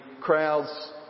crowds